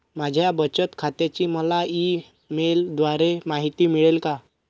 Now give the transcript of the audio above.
माझ्या बचत खात्याची मला ई मेलद्वारे माहिती मिळेल का?